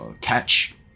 catch